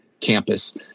campus